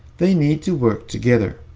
they need to work together.